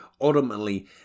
Ultimately